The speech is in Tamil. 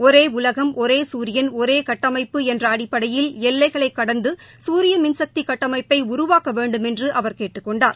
ஒரே உலகம் ஒரே சூரியன் ஒரே கட்டமைப்பு என்ற அடிப்படையில் எல்லைகளைக் கடந்து சூரிய மின்சக்தி கட்டமைப்பை உருவாக்க வேண்டுமென்று அவர் கேட்டுக் கொண்டார்